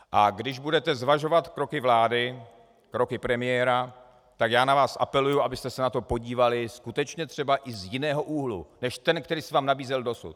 A když budete zvažovat kroky vlády, kroky premiéra, tak já na vás apeluji, abyste se na to podívali skutečně třeba i z jiného úhlu než z toho, který se vám nabízel dosud.